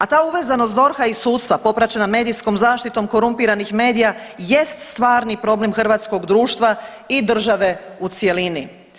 A ta uvezanost DORH-a i sudstva popraćena medijskom zaštitom korumpiranih medija jest stvarni problem hrvatskog društva i države u cjelini.